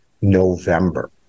November